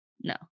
No